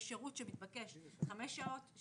יש שירות שמתבקש חמש שעות,